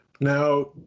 Now